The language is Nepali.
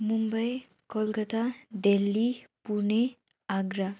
मुम्बई कोलकता देल्ली पुणे आग्रा